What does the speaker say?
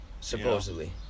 Supposedly